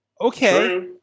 Okay